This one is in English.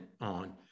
on